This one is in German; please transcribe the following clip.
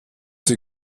sie